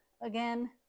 again